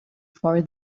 for